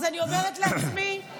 אז אני אומרת לעצמי,